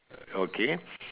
okay